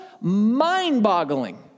mind-boggling